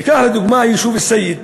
ניקח לדוגמה את היישוב א-סייד,